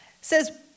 says